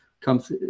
comes